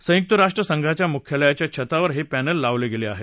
संयुक्त राष्ट्र संधाच्या मुख्यालयाच्या छतावर हे प्राल लावले गेले आहेत